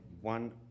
one